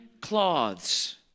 cloths